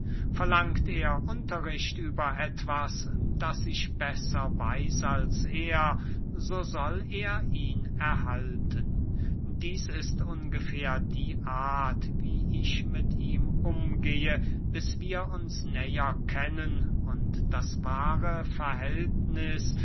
verlangt er unterricht über etwas das ich besser weiß als er so soll er ihn erhalten dieß ist ungefähr die art wie ich mit ihm umgehe bis wir uns näher kennen und das wahre verhältniß